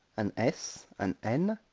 an s, an n,